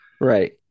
Right